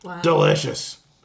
Delicious